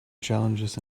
challenges